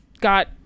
got